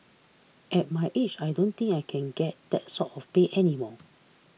at my age I don't think I can get that sort of pay any more